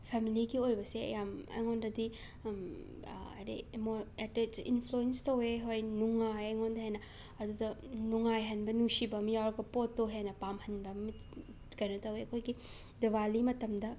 ꯐꯦꯃꯤꯂꯤꯒꯤ ꯑꯣꯏꯕꯁꯦ ꯌꯥꯝꯅ ꯑꯩꯉꯣꯟꯗꯗꯤ ꯍꯥꯏꯗꯤ ꯃꯣꯏ ꯑꯦꯇꯦꯆ ꯏꯟꯐ꯭ꯂꯨꯋꯦꯟꯁ ꯇꯧꯋꯦ ꯍꯣꯏ ꯅꯨꯡꯉꯥꯏ ꯑꯩꯉꯣꯟꯗ ꯍꯦꯟꯅ ꯑꯗꯨꯗ ꯅꯨꯡꯉꯥꯏꯍꯟꯕ ꯅꯨꯡꯁꯤꯕ ꯃ ꯌꯥꯎꯔꯛꯄ ꯄꯣꯠꯇꯣ ꯍꯦꯟꯅ ꯄꯥꯝꯍꯟꯕ ꯀꯦꯅꯣ ꯇꯧꯋꯦ ꯑꯩꯈꯣꯏꯒꯤ ꯗꯤꯋꯥꯂꯤ ꯃꯇꯝꯗ